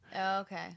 Okay